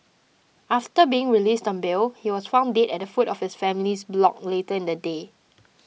after being released on bail he was found dead at the foot of his family's block later in the day